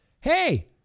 Hey